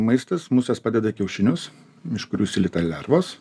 maistas musės padeda kiaušinius iš kurių užsirita lervos